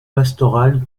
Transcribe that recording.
pastorale